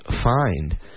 find